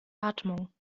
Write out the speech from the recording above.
atmung